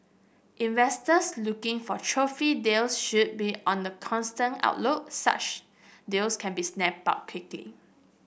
investors looking for trophy deals should be on the constant such deals can be snapped up quickly